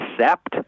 accept